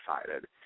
excited